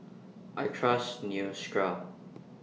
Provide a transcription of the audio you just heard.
I Trust Neostrata